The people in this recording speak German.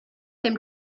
dem